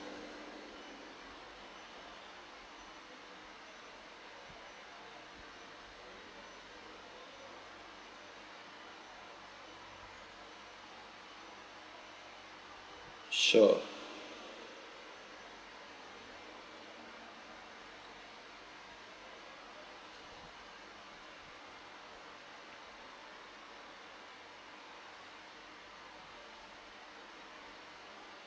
sure